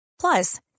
Plus